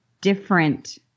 different